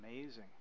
amazing